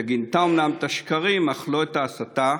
שגינתה אומנם את השקרים אך לא את ההסתה,